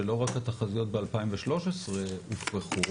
שלא רק התחזיות ב-2013 הופרכו,